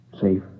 Safe